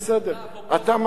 עזוב, עוד לא אמרתי כלום, בסדר.